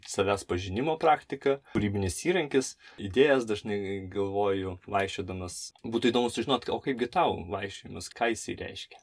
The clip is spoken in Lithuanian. savęs pažinimo praktika kūrybinis įrankis idėjas dažnai galvoju vaikščiodamas būtų įdomu sužinot o kaipgi tau vaikščiojimas ką jisai reiškia